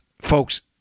folks